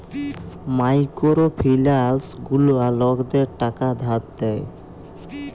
micro finance গুলা লকদের টাকা ধার দেয়